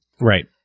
Right